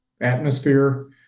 atmosphere